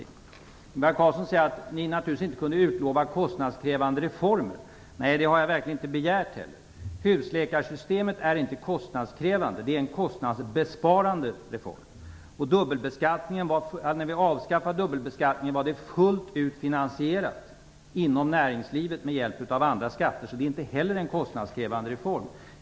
Ingvar Carlsson sade att regeringen naturligtvis inte kunde utlova kostnadskrävande reformer. Nej, det har jag verkligen inte begärt heller. Husläkarsystemet är inte kostnadskrävande - det är en kostnadsbesparande reform. Och när vi avskaffade dubbelbeskattningen var det fullt ut finansierat inom näringslivet med hjälp av andra skatter, så det är inte heller en kostnadskrävande reform.